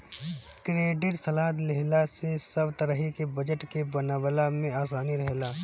credit सलाह लेहला से सब तरही के बजट के बनवला में आसानी रहेला